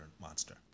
monster